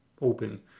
open